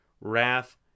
wrath